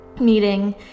meeting